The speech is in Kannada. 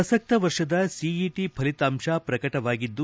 ಪ್ರಸಕ್ತ ವರ್ಷದ ಸಿಇಟಿ ಫಲಿತಾಂಶ ಪ್ರಕಟವಾಗಿದ್ದು